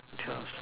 just